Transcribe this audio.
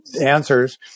answers